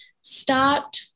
Start